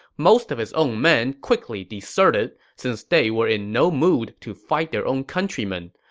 most of his own men quickly deserted, since they were in no mood to fight their own countrymen.